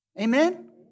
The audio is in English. Amen